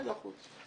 מאה אחוז.